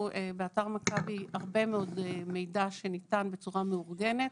באתר מכבי יש לנו הרבה מאוד מידע שניתן בצורה מאורגנת,